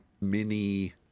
mini